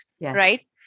right